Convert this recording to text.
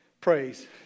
Praise